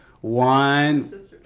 One